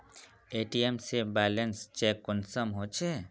ATM से balance check कुंसम होचे?